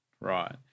right